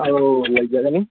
ꯑꯧ ꯂꯩꯖꯒꯅꯤ